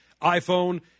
iPhone